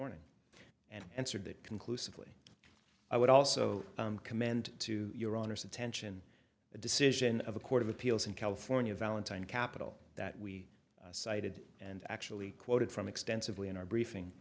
morning and answered that conclusively i would also commend to your honor's attention the decision of a court of appeals in california valentine capital that we cited and actually quoted from extensively in our briefing